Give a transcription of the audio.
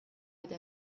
eta